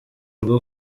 rwo